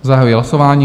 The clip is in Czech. Zahajuji hlasování.